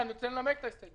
אני רוצה לנמק את ההסתייגות.